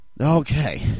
Okay